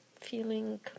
feeling